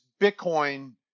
Bitcoin